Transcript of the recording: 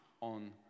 on